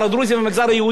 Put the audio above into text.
ולכן מה הטובה שעושים לנו,